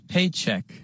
Paycheck